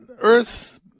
earth